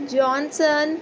johnson